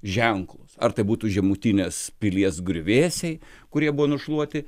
ženklus ar tai būtų žemutinės pilies griuvėsiai kurie buvo nušluoti